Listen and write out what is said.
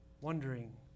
Wondering